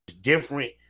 different